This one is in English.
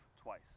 twice